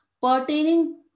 pertaining